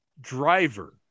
driver